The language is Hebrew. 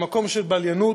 למקום של בליינות,